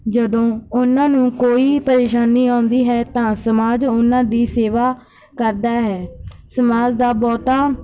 ਜਦੋਂ ਉਨ੍ਹਾਂ ਨੂੰ ਕੋਈ ਪ੍ਰੇਸ਼ਾਨੀ ਆਉਂਦੀ ਹੈ ਤਾਂ ਸਮਾਜ ਉਨ੍ਹਾਂ ਦੀ ਸੇਵਾ ਕਰਦਾ ਹੈ ਸਮਾਜ ਦਾ ਬਹੁਤ